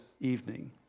evening